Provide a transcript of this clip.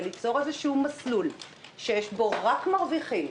ויוצרים איזשהו מסלול שיש בו רק מרוויחים?